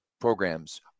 programs